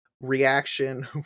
reaction